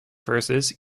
versus